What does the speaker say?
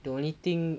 the only thing